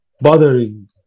bothering